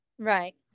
Right